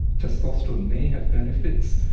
testosterone may have benefits,